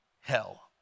hell